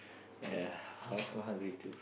ya I'm I'm hungry too